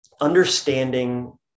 understanding